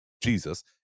Jesus